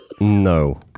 No